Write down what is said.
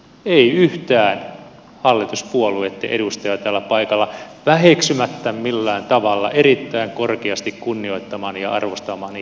ei yhtään hallituspuolueitten edustajaa täällä paikalla väheksymättä millään tavalla erittäin korkeasti kunnioittamaani ja arvostamaani puhemiestä